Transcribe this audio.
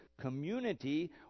community